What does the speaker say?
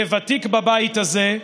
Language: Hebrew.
כוותיק בבית הזה,